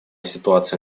ситуация